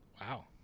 Wow